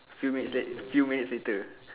few minutes late few minutes later